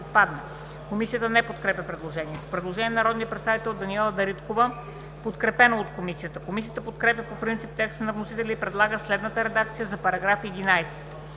Комисията не подкрепя предложението. Предложение на народния представител Даниела Дариткова, подкрепено от Комисията. Комисията подкрепя по принцип текста на вносителя и предлага следната редакция за параграф 11: